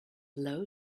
low